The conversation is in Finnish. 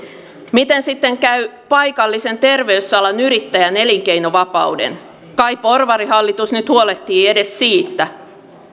miten sitten käy paikallisen terveysalan yrittäjän elinkeinovapauden kai porvarihallitus nyt huolehtii edes siitä